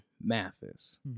Mathis